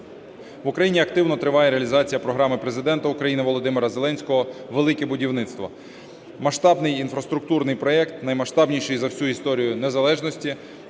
В Україні активно триває реалізація програми Президента України Володимира Зеленського "Велике будівництво". Масштабний інфраструктурний проект, наймаштабніший за всю історію незалежності,